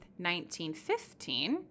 1915